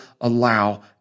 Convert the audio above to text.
allow